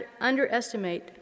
underestimate